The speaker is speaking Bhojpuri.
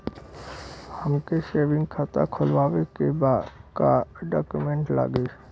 हमके सेविंग खाता खोलवावे के बा का डॉक्यूमेंट लागी?